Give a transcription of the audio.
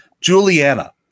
Juliana